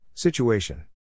Situation